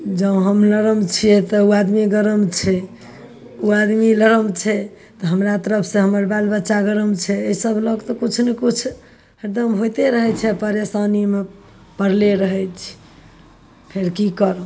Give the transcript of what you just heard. जँ हम लरम छिए तऽ वएह आदमी गरम छै ओ आदमी लरम छै तऽ हमरा तरफसे हमर बाल बच्चा गरम छै एहिसब लऽ कऽ किछु ने किछु हरदम होइते रहै छै परेशानीमे पड़ले रहै छी फेर कि करब